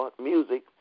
music